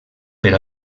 per